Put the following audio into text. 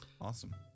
Awesome